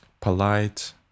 polite